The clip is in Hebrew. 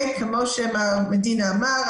כמו שמר מדינה אמר,